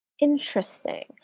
Interesting